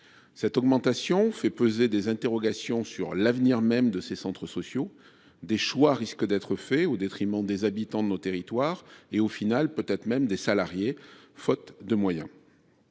Cette augmentation fait peser des interrogations sur l’avenir même de ces centres sociaux associatifs. Des choix risquent d’être faits, au détriment des habitants de nos territoires, et, au final, peut être même des salariés, faute de moyens.